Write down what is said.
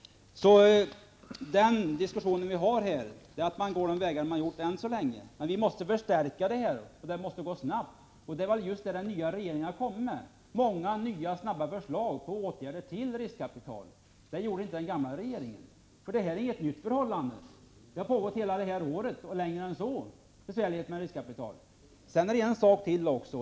Man måste alltså än så länge använda sig av de vägar som man hittills har använt, men det måste till en förstärkning, och det är nödvändigt att man snabbar på. Den nya regeringen har lagt fram många förslag till åtgärder för att få fram riskkapital. Det gjorde inte den gamla regeringen. Det är nu fråga om en ny situation. Besvärligheterna med riskkapital har pågått hela det här året och längre än så. En annan fråga handlar om regionalpolitiken.